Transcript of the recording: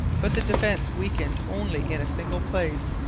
but the defence weakened only in a single place,